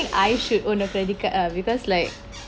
I should own a credit card ah because like